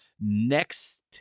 next